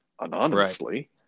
anonymously